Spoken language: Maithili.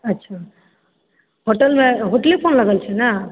अच्छा होटलमे होटले फ़ोन लागल छै ने